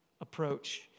approach